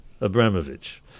Abramovich